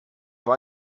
war